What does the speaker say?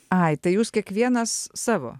ai tai jūs kiekvienas savo